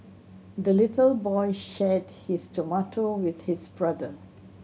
the little boy shared his tomato with his brother